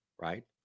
right